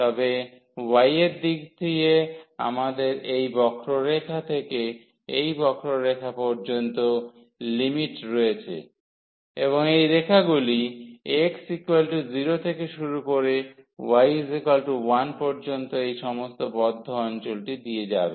তবে y এর দিক দিয়ে আমাদের এই বক্ররেখা থেকে এই বক্ররেখার পর্যন্ত লিমিট রয়েছে এবং এই রেখাগুলি x0 থেকে শুরু হয়ে x1 পর্যন্ত এই সমস্ত বদ্ধ অঞ্চলটি দিয়ে যাবে